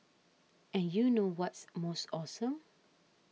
and you know what's most awesome